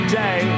day